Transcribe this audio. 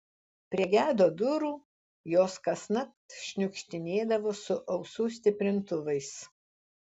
prie gedo durų jos kasnakt šniukštinėdavo su ausų stiprintuvais